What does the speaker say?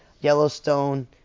Yellowstone